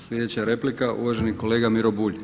Sljedeća replika uvaženi kolega Miro Bulj.